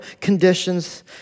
conditions